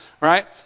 right